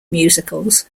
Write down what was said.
musicals